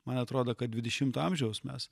man atrodo kad dvidešimto amžiaus mes